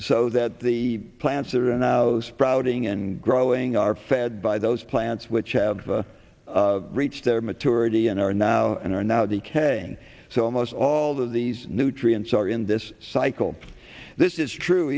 so that the plants that are now sprouting and growing are fed by those plants which have reached their maturity and are now and are now the cane so almost all of these nutrients are in this cycle this is true